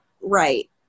right